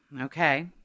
okay